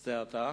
זה עתה.